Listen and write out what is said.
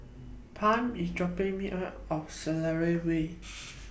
Pam IS dropping Me off of Selarang Way